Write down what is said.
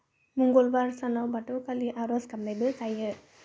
मंगलबार सानाव बाथौ खालि आर'ज गाबनायबो थायो